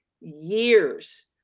years